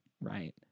right